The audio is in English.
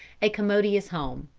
a commodious home.